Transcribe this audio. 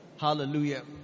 Hallelujah